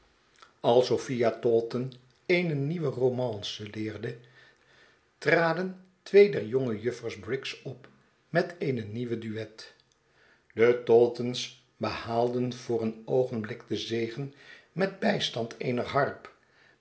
als sophia taunton eene nieuwe romance leerde traden twee der jonge juffers briggs op met eene nieuwe duet de taunton's behaalden voor een oogenblik de zege met bijstand eener harp